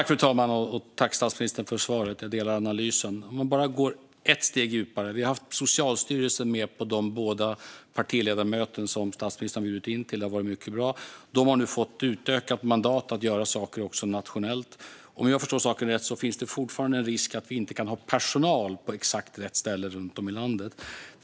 Fru talman! Tack, statsministern, för svaret! Jag delar analysen. Man kan gå ett steg djupare. Socialstyrelsen har varit med på de båda partiledarmöten som statsministern har bjudit in till - det har varit mycket bra. De har nu fått ett utökat mandat att göra saker också nationellt. Om jag förstår saken rätt finns det fortfarande en risk att vi inte kan ha personal på exakt rätt ställe runt om i landet.